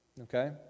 Okay